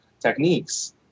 techniques